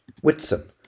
Whitson